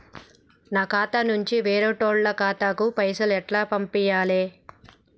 నా ఖాతా నుంచి వేరేటోళ్ల ఖాతాకు పైసలు ఎట్ల పంపాలే?